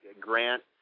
Grant